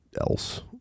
else